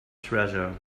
treasure